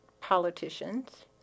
politicians